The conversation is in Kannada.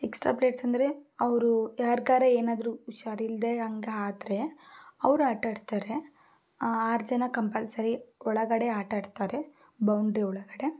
ಎಕ್ಸ್ಟ್ರಾ ಪ್ಲೇಯರ್ಸ್ ಅಂದರೆ ಅವರು ಯಾರ್ಗಾರ ಏನಾದರೂ ಹುಷಾರಿಲ್ಲದೆ ಹಾಗಾದ್ರೆ ಅವರು ಆಟಾಡ್ತಾರೆ ಆರು ಜನ ಕಂಪಲ್ಸರಿ ಒಳಗಡೆ ಆಟಾಡ್ತಾರೆ ಬೌಂಡ್ರಿ ಒಳಗಡೆ